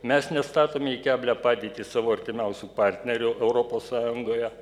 mes nestatome į keblią padėtį savo artimiausių partnerių europos sąjungoje